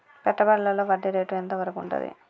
పెట్టుబడులలో వడ్డీ రేటు ఎంత వరకు ఉంటది?